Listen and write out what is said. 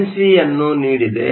NC ಯನ್ನು ನೀಡಿದೆ